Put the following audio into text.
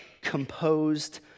composed